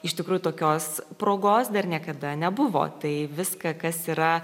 iš tikrųjų tokios progos dar niekada nebuvo tai viską kas yra